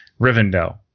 rivendell